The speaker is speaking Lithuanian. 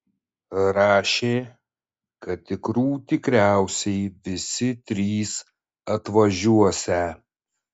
rašė kad tikrų tikriausiai visi trys atvažiuosią